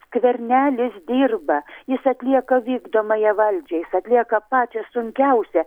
skvernelis dirba jis atlieka vykdomąją valdžią jis atlieka pačią sunkiausią